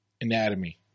anatomy